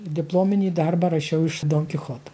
diplominį darbą rašiau iš donkichoto